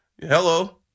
Hello